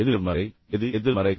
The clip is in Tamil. எது நேர்மறை எது எதிர்மறை